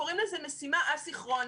קוראים לזה: משימה אסינכרונית.